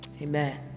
amen